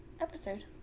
episode